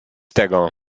tego